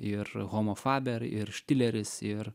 ir homo faber ir štileris ir